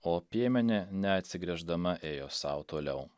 o piemenė neatsigręždama ėjo sau toliau